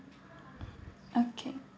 okay